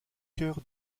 cœur